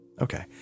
Okay